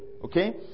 Okay